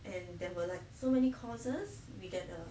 and there were like so many courses we get uh